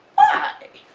why?